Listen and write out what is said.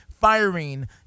firing